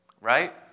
right